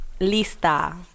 Lista